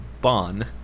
bon